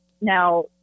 Now